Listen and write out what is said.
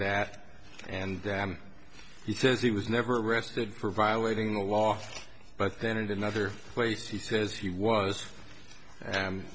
that and damn he says he was never arrested for violating the law but then it another place he says he was